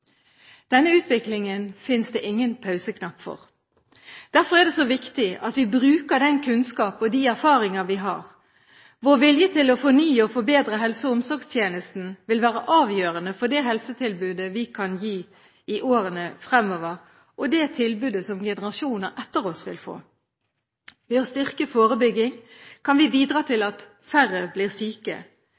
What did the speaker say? Denne utviklingen finnes det ingen pauseknapp for. Derfor er det så viktig at vi bruker den kunnskap og de erfaringer vi har. Vår vilje til å fornye og forbedre helse- og omsorgstjenesten vil være avgjørende for det helsetilbudet vi kan gi i årene fremover, og det tilbudet som generasjoner etter oss vil få. Ved å styrke forebygging kan vi bidra til at færre blir syke.